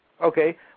Okay